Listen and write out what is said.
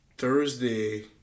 Thursday